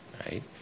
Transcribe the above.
right